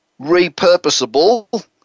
repurposable